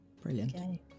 Brilliant